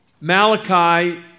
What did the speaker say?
Malachi